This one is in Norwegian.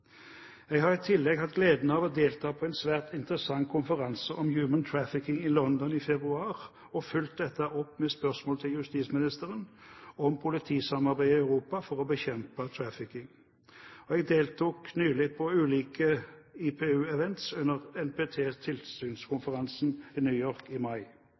Jeg har i tillegg hatt gleden av å delta på en svært interessant konferanse om Human Trafficking i London i februar og fulgte dette opp med spørsmål til justisministeren om politisamarbeid i Europa for å bekjempe trafficking, og jeg deltok nylig på ulike IPU-events under NPTs tilsynskonferanse i New York i mai.